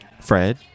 fred